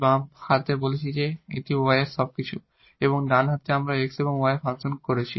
বাম হাত বলছে যে এটি y এর সবকিছু এবং ডান হাত আমরা x এবং y এর ফাংশন করছি